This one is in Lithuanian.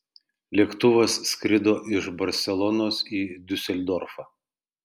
lėktuvas skrido iš barselonos į diuseldorfą